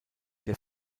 der